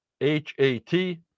H-A-T